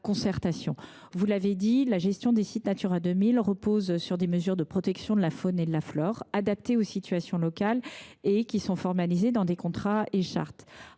Vous l’avez dit, la gestion des sites Natura 2000 repose sur des mesures de protection de la faune et de la flore, adaptées aux situations locales, formalisées dans des contrats et des chartes.